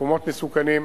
מקומות מסוכנים,